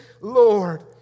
Lord